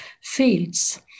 fields